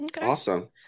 Awesome